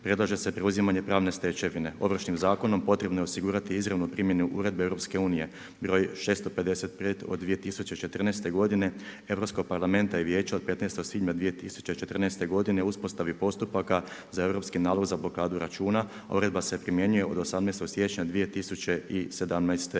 predviđa se preuzimanje pravne stečevine. Ovršnim zakonom potrebno je osigurati izravnu primjenu Uredbe EU br. 655 od 2014. godine Europskog parlamenta i Vijeća od 15. svibnja 2014. godine o uspostavi postupaka za europski nalog za blokadu računa, a uredba se primjenjuje od 18. siječnja 2017. godine.